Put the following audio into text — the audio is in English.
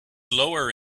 lower